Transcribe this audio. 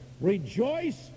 Rejoice